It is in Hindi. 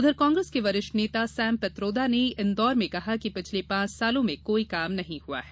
उधर कांग्रेस के वरिष्ठ नेता सैम पैत्रोदा ने इंदौर में कहा कि पिछले पांच सालों में कोई काम नहीं हुआ है